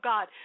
God